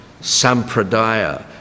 sampradaya